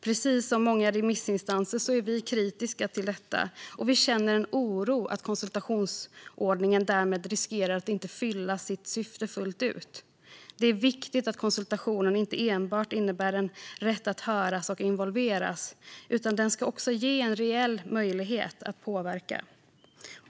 Precis som många remissinstanser är vi kritiska till detta, och vi känner en oro för att konsultationsordningen därmed riskerar att inte fylla sitt syfte fullt ut. Det är viktigt att konsultationen inte enbart innebär en rätt att höras och involveras utan också ger en reell möjlighet att påverka.